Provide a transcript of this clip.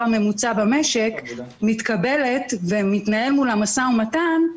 הממוצע במשק מתקבלת ומתנהל מולם משא ומתן,